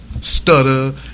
stutter